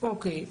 אוקיי.